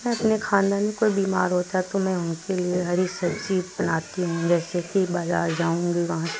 میں اپنے خاندان میں کوئی بیمار ہوتا تو میں ان کے لیے ہری سبزی بناتی ہوں جیسے کہ بازار جاؤں گی وہاں